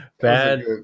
bad